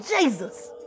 Jesus